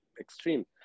extreme